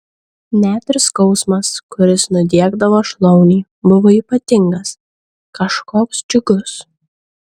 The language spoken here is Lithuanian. net ir skausmas kuris nudiegdavo šlaunį buvo ypatingas kažkoks džiugus